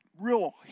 real